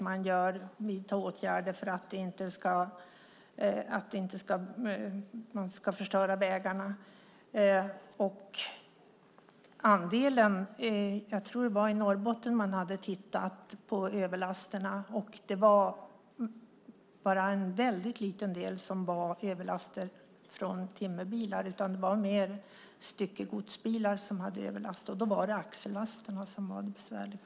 Man vidtar åtgärder för att man inte ska förstöra vägarna. Jag tror att det var i Norrbotten som man hade tittat på överlasterna. Det var bara en väldigt liten del som gällde överlaster på timmerbilar. Det var mer styckegodsbilar som hade överlast, och då var det axellasterna som var besvärliga.